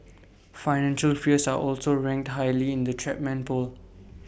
financial fears are also ranked highly in the Chapman poll